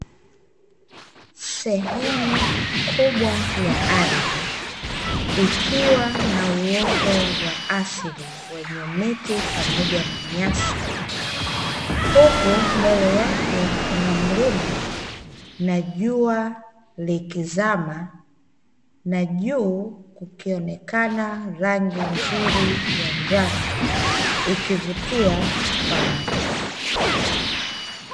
Sehemu kubwa ya ardhi, ikiwa na uoto wa asili wenye miti pamoja na nyasi, huku mbele yake kuna mlima, na jua likizama na juu ikionekana rangi nzuri ya njano ikivutia kwa macho